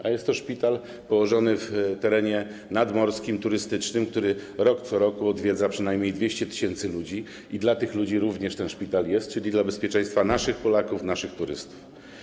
A jest to szpital położony na terenie nadmorskim, turystycznym, który co roku odwiedza przynajmniej 200 tys. ludzi, i dla tych ludzi również ten szpital jest, czyli dla bezpieczeństwa naszych Polaków, naszych turystów.